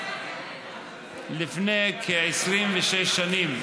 לפני כ-26 שנים.